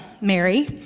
Mary